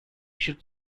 should